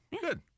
Good